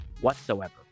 whatsoever